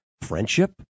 friendship